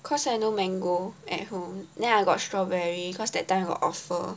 cause I no mango at home then I got strawberry cause that time got offer